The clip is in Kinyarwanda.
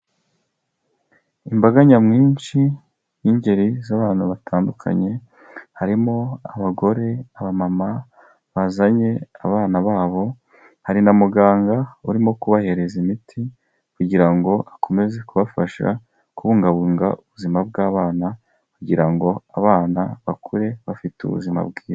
Imbaga nyamwinshi, y'ingeri z'abantu batandukanye, harimo abagore, abamama, bazanye abana babo, hari na muganga urimo kubahereza imiti, kugira ngo akomeze kubafasha kubungabunga ubuzima bw'abana, kugira ngo abana bakure, bafite ubuzima bwiza.